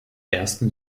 ersten